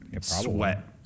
sweat